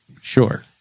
Sure